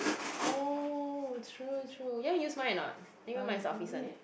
oh true true you want use mine or not anyway mine is office [one]